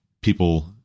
people